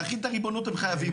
להחיל את הריבונות הם חייבים,